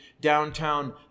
downtown